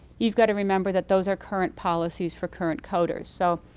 you've got to remember that those are current policies for current coders. so,